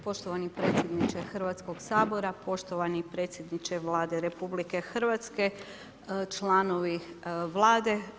Poštovani predsjedniče Hrvatskoga sabora, poštovani predsjedniče Vlade RH, članovi Vlade.